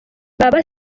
baba